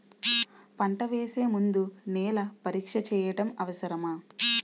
పంట వేసే ముందు నేల పరీక్ష చేయటం అవసరమా?